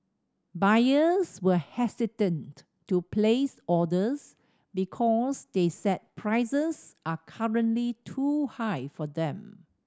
buyers were hesitant to place orders because they said prices are currently too high for them